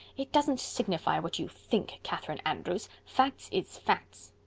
it doesn't signify what you think, catherine andrews. facts is facts.